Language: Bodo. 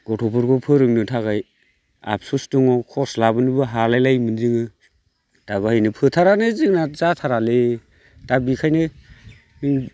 गथ'फोरखौ फोरोंनो थाखाय आबसुस दङ खर्स लाबोनोबो हालायलायोमोन जोङो दा बेवहायनो फोथारानो जोंना जाथारालै दा बेखायनो